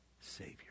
Savior